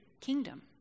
kingdom